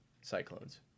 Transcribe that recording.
Cyclones